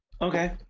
Okay